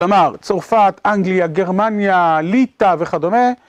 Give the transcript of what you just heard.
דמר, צרפת, אנגליה, גרמניה, ליטא וכדומה.